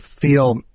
feel